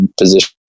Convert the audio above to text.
position